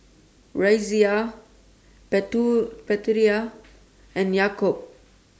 Raisya Putera and Yaakob